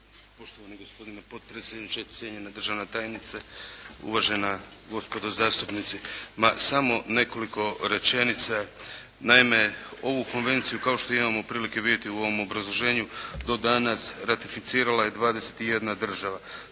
Poštovani gospodine potpredsjedniče, cijenjena državna tajnice, uvažena gospodo zastupnici. Ma samo nekoliko rečenica. Naime, ovu konvenciju kao što imamo prilike vidjeti u ovom obrazloženju do danas ratificirala je 21 država.